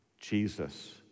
jesus